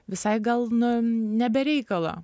visai gal nu ne be reikalo